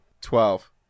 Twelve